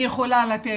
היא יכולה לתת.